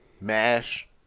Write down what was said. Mash